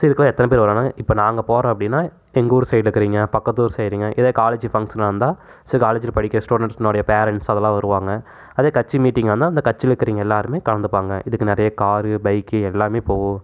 சரி இதுக்கு எத்தனை பேர் வராங்க இப்போ நாங்கள் போகிறோம் அப்படின்னா எங்கள் ஊர் சைடில் இருக்கிறவைங்க பக்கத்தூர் சைடுங்க இதே காலேஜ் ஃபங்க்ஷனாக இருந்தால் சரி காலேஜில் படிக்கிற ஸ்டூடெண்ட்ஸ்னுடைய பேரண்ட்ஸ் அதெல்லாம் வருவாங்க அதே கட்சி மீட்டிங்காக இருந்தால் அந்த கட்சியில் இருக்கவங்க எல்லாேருமே கலந்துப்பாங்க இதுக்கு நிறைய காரு பைக்கு எல்லாமே போகும்